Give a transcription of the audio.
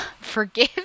forgive